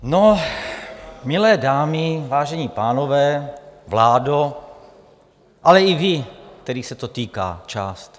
No, milé dámy, vážení pánové, vládo, ale i vy, kterých se to týká, část.